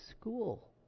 school